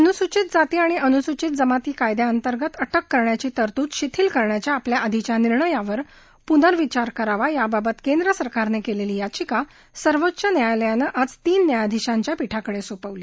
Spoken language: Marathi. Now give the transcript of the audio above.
अनुसूचित जाती आणि अनुसूचित जमाती कायद्याअंतंगत अटक करण्याची तरतुद शिथिल करण्याच्या आपल्या आधीच्या निर्णयावर पूर्नविचार करावा याबाबत केंद्र सरकारनं केलेली याचिका सर्वोच्च न्यायालयानं आज तीन न्यायाधिशांच्या पीठाकडे सोपवली